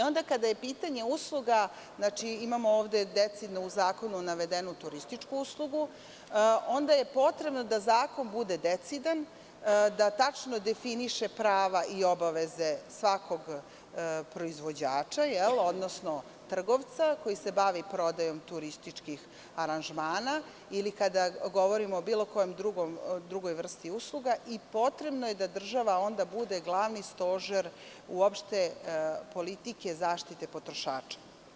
Onda kada je pitanje usluga, imamo ovde decidno u zakonu navedenu turističku uslugu, onda je potrebno da zakon bude decidan, da tačno definiše prava i obaveze svakog proizvođača, odnosno trgovca koji se bavi prodajom turističkih aranžmana ili kada govorimo o bilo kojoj drugoj vrsti usluga, i potrebno je da država onda bude glavni stožer uopšte politike zaštite potrošača.